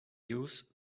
use